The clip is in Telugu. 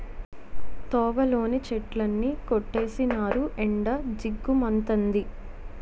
తోవలోని చెట్లన్నీ కొట్టీసినారు ఎండ జిగ్గు మంతంది